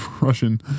Russian